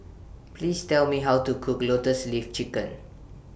Please Tell Me How to Cook Lotus Leaf Chicken